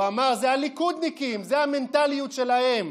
הוא אמר: אלה הליכודניקים, זו המנטליות שלהם.